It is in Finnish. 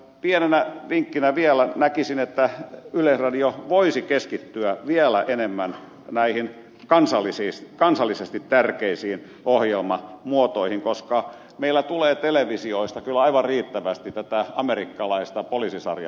pienenä vinkkinä näkisin vielä että yleisradio voisi keskittyä vielä enemmän näihin kansallisesti tärkeisiin ohjelmamuotoihin koska meillä tulee televisiosta kyllä aivan riittävästi tätä amerikkalaista poliisisarjahömppää